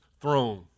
throne